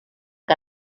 que